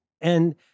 And-